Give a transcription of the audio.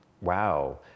wow